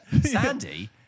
Sandy